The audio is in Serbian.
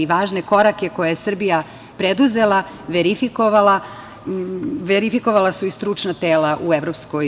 Važne korake koje je Srbija preduzela, verifikovala, verifikovala su i stručna tela u EU.